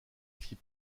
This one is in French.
fit